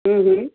हूं हूं